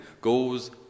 Goes